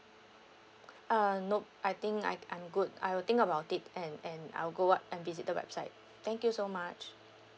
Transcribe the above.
uh nop I think I I'm good I'll think about it and and I'll go up and visit the website thank you so much